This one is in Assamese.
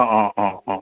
অঁ অঁ অঁ অঁ